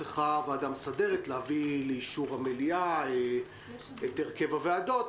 צריכה הוועדה המסדרת להביא לאישור המליאה את הרכב הוועדות.